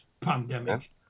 pandemic